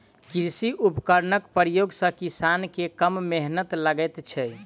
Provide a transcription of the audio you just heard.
कृषि उपकरणक प्रयोग सॅ किसान के कम मेहनैत लगैत छै